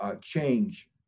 change